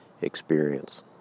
experience